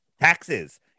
taxes